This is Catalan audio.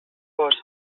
fos